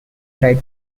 tried